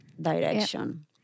direction